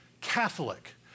Catholic